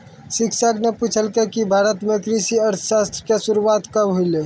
शिक्षक न पूछलकै कि भारत म कृषि अर्थशास्त्र रो शुरूआत कब होलौ